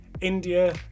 India